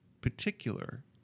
particular